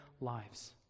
lives